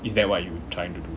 is that what you trying to do